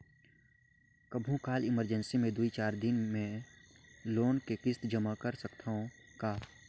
कभू काल इमरजेंसी मे दुई चार दिन देरी मे लोन के किस्त जमा कर सकत हवं का?